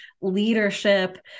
leadership